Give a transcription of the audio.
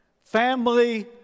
Family